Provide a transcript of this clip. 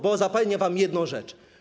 Bo zapewnia wam jedną rzecz.